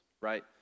right